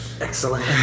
Excellent